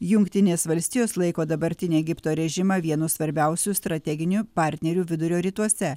jungtinės valstijos laiko dabartinę egipto režimą vienu svarbiausių strateginių partnerių vidurio rytuose